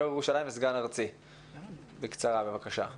יו"ר ירושלים וסגן ארצי, בקצרה, בבקשה.